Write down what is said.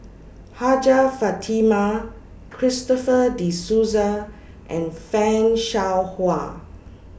Hajjah Fatimah Christopher De Souza and fan Shao Hua